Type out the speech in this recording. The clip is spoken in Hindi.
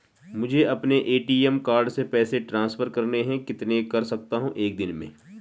मुझे अपने ए.टी.एम कार्ड से पैसे ट्रांसफर करने हैं कितने कर सकता हूँ एक दिन में?